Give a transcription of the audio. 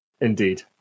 Indeed